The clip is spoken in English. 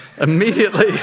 immediately